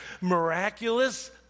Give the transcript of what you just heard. miraculous